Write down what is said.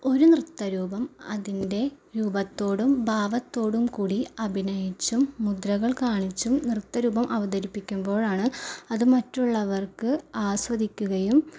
ഒരു നൃത്ത രൂപം അതിൻ്റെ രൂപത്തോടും ഭാവത്തോടും കൂടി അഭിനയിച്ചും മുദ്രകൾ കാണിച്ചും നൃത്തരൂപം അവതരിപ്പിക്കുമ്പോഴാണ് അത് മറ്റുള്ളവർക്ക് ആസ്വദിക്കുകയും